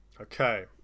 Okay